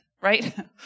right